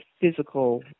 physical